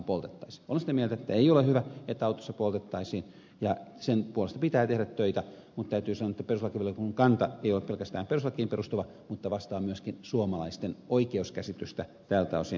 olen sitä mieltä että ei ole hyvä että autossa poltettaisiin ja sen puolesta pitää tehdä töitä mutta täytyy sanoa että perustuslakivaliokunnan kanta ei ole pelkästään perustuslakiin perustuva vaan vastaa myöskin suomalaisten oikeuskäsitystä tältä osin